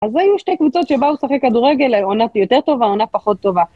אז היו שתי קבוצות שבאו לשחק כדורגל, העונה יותר טובה, העונה פחות טובה.